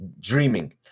Dreaming